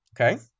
Okay